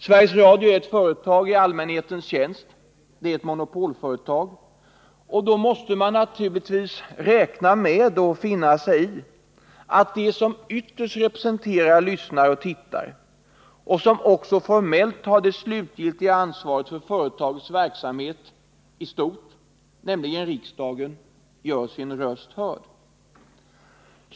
Sveriges Radio är ett företag i allmänhetens tjänst, ett monopolföretag, och då måste man naturligtvis räkna med och finna sig i att den instans som ytterst representerar lyssnare och tittare och som också formellt har det slutgiltiga ansvaret för företagets verksamhet i en rad avseenden, nämligen riksdagen, gör sin röst hörd.